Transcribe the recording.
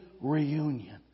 reunion